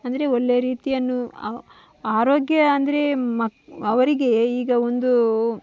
ಅಂದರೆ ಒಳ್ಳೆಯ ರೀತಿಯನ್ನು ಆರೋಗ್ಯ ಅಂದರೆ ಮಕ ಅವರಿಗೆ ಈಗ ಒಂದು